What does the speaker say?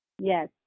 Yes